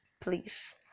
Please